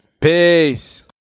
peace